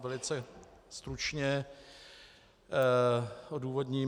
Velice stručně odůvodním.